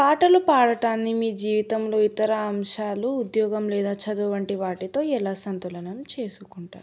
పాటలు పాడటాన్ని మీ జీవితంలో ఇతర అంశాలు ఉద్యోగం లేదా చదువు వంటి వాటితో ఎలా సంతులనం చేసుకుంటారు